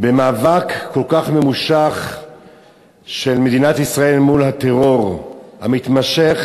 במאבק כל כך ממושך של מדינת ישראל מול הטרור המתמשך